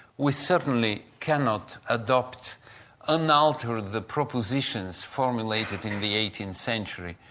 we certainly cannot adopt unaltered the propositions formulated in the eighteenth century,